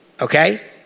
Okay